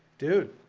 dude,